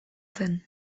zen